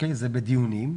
זה בדיונים,